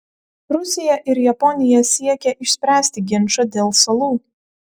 rusija ir japonija siekia išspręsti ginčą dėl salų